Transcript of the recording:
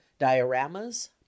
dioramas